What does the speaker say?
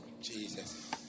Jesus